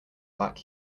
black